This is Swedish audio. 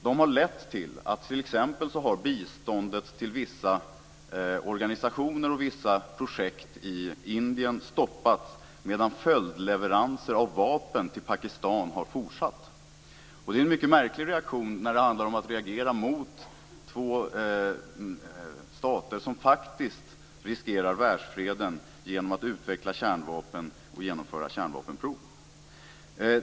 De har t.ex. lett till att biståndet till vissa organisationer och vissa projekt i Indien stoppats, medan följdleveranser av vapen till Pakistan har fortsatt. Det är en mycket märklig reaktion när det handlar om två stater som faktiskt riskerar världsfreden genom att utveckla kärnvapen och genomföra kärnvapenprov.